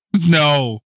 No